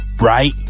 right